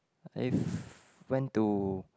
I went to